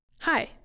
Hi